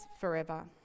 forever